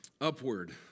upward